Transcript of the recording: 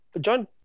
John